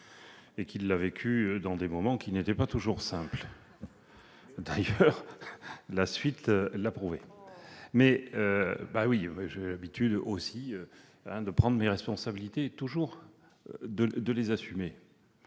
qu'il a vécues dans des moments qui n'étaient pas toujours simples. D'ailleurs, la suite l'a prouvé. Oh ! J'ai l'habitude de prendre mes responsabilités et de les assumer.